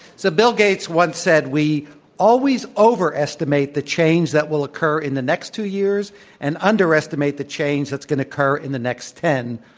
so, bill gates once said, we always overestimate the change that will occur in the next two years and underestimate the change that's going to occur in the next ten.